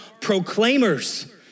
proclaimers